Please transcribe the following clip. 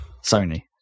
Sony